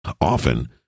Often